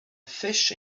fish